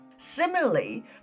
Similarly